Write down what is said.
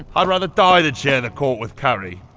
i'd rather die than share the court with curry!